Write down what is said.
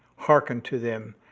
hearken to them,